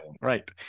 right